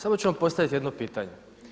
Samo ću vam postaviti jedno pitanje.